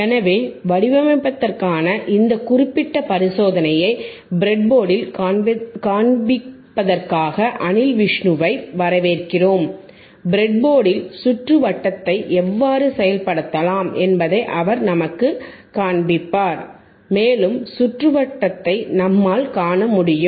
எனவே வடிவமைப்பதற்காக இந்த குறிப்பிட்ட பரிசோதனையை ப்ரெட்போர்டில் காண்பிப்பதற்காக அனில் விஷ்ணுவை வரவேற்கிறோம் ப்ரெட்போர்டில் சுற்றுவட்டத்தை எவ்வாறு செயல்படுத்தலாம் என்பதை அவர் நமக்குக் காண்பிப்பார் மேலும் சுற்றுவட்டத்தைக் நம்மால் காண முடியும்